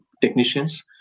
technicians